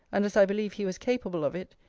and as i believe he was capable of it,